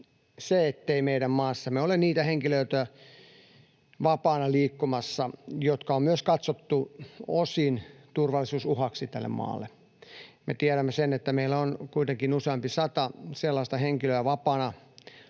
se, ettei meidän maassamme ole niitä henkilöitä vapaana liikkumassa, jotka on myös katsottu osin turvallisuusuhaksi tälle maalle. Me tiedämme sen, että meillä on kuitenkin useampi sata sellaista henkilöä vapaana